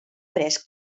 pres